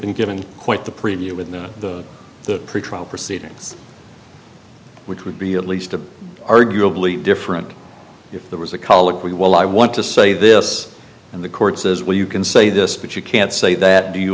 been given quite the preview with the pretrial proceedings which would be at least a arguably different if there was a colloquy well i want to say this and the court says well you can say this but you can't say that do you